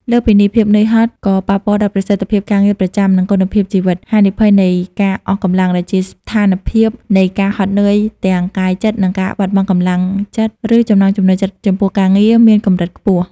លើសពីនេះ ភាពនឿយហត់ក៏ប៉ះពាល់ដល់ប្រសិទ្ធភាពការងារប្រចាំ និងគុណភាពជីវិត ហានិភ័យនៃការអស់កម្លាំងដែលជាស្ថានភាពនៃការហត់នឿយទាំងកាយចិត្ត និងការបាត់បង់កម្លាំងចិត្ត ឬចំណង់ចំណូលចិត្តចំពោះការងារ មានកម្រិតខ្ពស់។